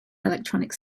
electronic